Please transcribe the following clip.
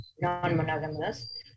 non-monogamous